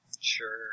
Sure